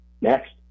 Next